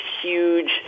huge